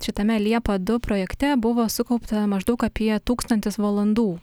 šitame liepa du projekte buvo sukaupta maždaug apie tūkstantis valandų